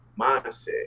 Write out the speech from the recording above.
mindset